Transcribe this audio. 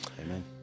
amen